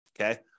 okay